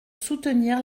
soutenir